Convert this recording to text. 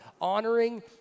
honoring